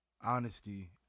honesty